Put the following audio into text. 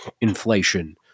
inflation